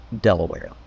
Delaware